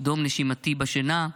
דום נשימתי בשינה,